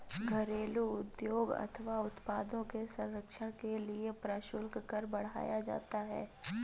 घरेलू उद्योग अथवा उत्पादों के संरक्षण के लिए प्रशुल्क कर बढ़ाया जाता है